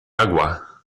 agua